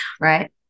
Right